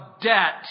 debt